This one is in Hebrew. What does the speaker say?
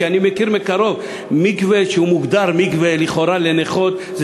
כי אני מכיר מקרוב מקווה שמוגדר מקווה לנכות לכאורה.